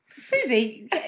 Susie